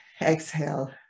exhale